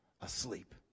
asleep